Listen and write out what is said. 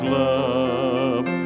love